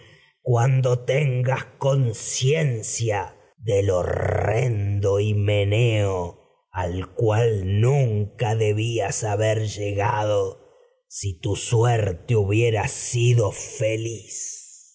cuando conciencia del hoi rendo himeneo al cual nunca debías haber llega do si tu suerte hubiera sido feliz